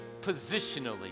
positionally